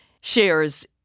shares